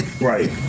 Right